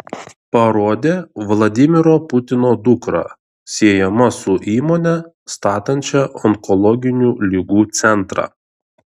parodė vladimiro putino dukrą siejama su įmone statančia onkologinių ligų centrą